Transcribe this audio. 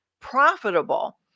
profitable